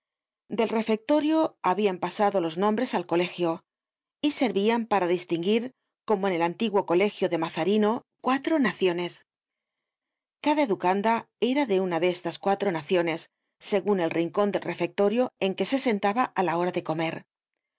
del refectorio habían pasado los nombres al colegio y servían para distinguir como en el antiguo colegio de mazarino cuatro naciones cada educanda era de una de estas cuatro naciones segun el rincon del refectorio en que se sentaba á la hora de comer